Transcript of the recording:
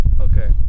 Okay